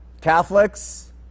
Catholics